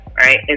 right